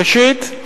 ראשית,